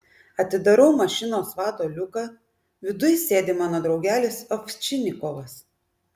atidarau mašinos vado liuką viduj sėdi mano draugelis ovčinikovas